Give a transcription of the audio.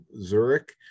Zurich